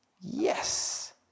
Yes